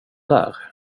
där